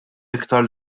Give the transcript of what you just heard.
iktar